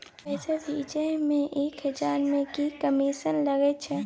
पैसा भैजे मे एक हजार मे की कमिसन लगे अएछ?